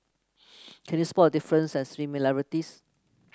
can you spot the differences and similarities